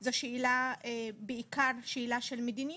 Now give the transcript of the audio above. זה בעיקר שאלה של מדיניות,